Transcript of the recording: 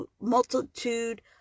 multitude